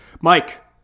Mike